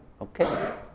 okay